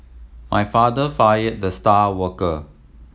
my father fired the star worker